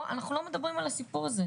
פה אנחנו לא מדברים על זה.